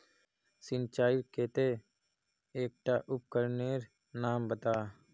सिंचाईर केते एकटा उपकरनेर नाम बता?